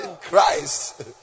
Christ